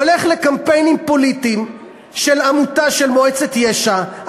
הוא הולך לקמפיינים פוליטיים של עמותה של מועצת יש"ע,